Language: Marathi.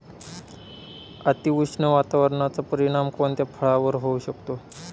अतिउष्ण वातावरणाचा परिणाम कोणत्या फळावर होऊ शकतो?